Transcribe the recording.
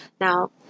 Now